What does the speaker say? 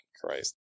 Christ